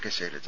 K Shailaja